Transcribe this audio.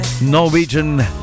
Norwegian